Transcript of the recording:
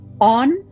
on